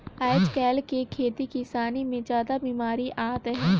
आयज कायल के खेती किसानी मे जादा बिमारी आत हे